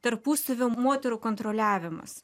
tarpusavio moterų kontroliavimas